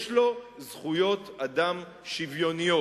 יש לו זכויות אדם שוויוניות.